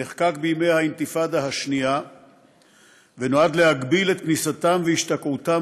נחקק בימי האינתיפאדה השנייה ונועד להגביל את כניסתם והשתקעותם